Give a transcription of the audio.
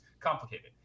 complicated